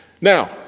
Now